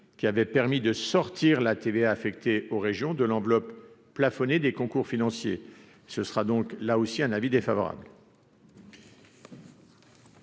qui avait permis de sortir la TVA affectée aux régions de l'enveloppe plafonnée des concours financiers, ce sera donc, là aussi, un avis défavorable.